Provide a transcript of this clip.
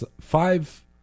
five